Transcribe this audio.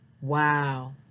Wow